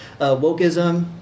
Wokeism